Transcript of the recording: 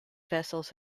vessels